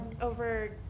over